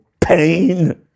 pain